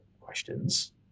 questions